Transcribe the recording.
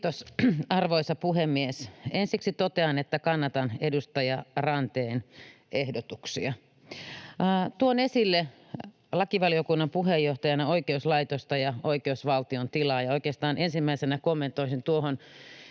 Kiitos, arvoisa puhemies! Ensiksi totean, että kannatan edustaja Ranteen ehdotuksia. Tuon esille lakivaliokunnan puheenjohtajana oikeuslaitosta ja oikeusvaltion tilaa. Oikeastaan ensimmäisenä kommentoisin tuohon,